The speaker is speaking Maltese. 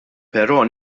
però